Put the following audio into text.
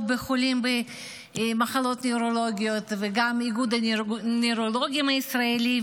בחולים במחלות נוירולוגיות וגם את איגוד הנוירולוגים הישראלי.